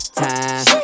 time